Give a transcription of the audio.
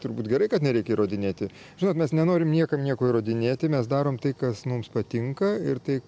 turbūt gerai kad nereikia įrodinėti žinot mes nenorim niekam nieko įrodinėti mes darom tai kas mums patinka ir tai